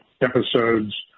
episodes